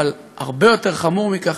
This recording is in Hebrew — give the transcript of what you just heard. אבל הרבה יותר חמור מכך,